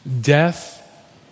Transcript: death